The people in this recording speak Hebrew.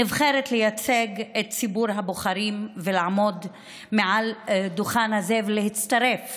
נבחרת לייצג את ציבור הבוחרים ולעמוד מעל הדוכן הזה ולהצטרף